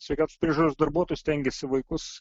sveikatos priežiūros darbuotojų stengiasi vaikus